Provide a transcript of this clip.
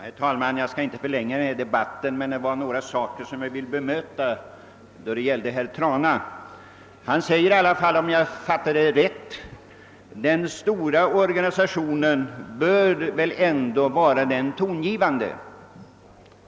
Herr talman! Jag skall inte förlänga debatten, men jag vill bemöta ett uttryck som herr Trana använde. Han sade: Den stora organisationen bör väl ändå vara den tongivande.